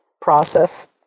process